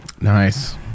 nice